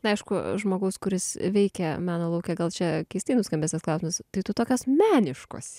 aišku žmogaus kuris veikia meno lauke gal čia keistai nuskambės tas klausimas tai tu tokios meniškos